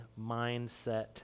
mindset